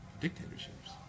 dictatorships